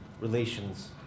relations